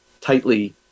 tightly